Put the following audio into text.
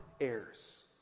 heirs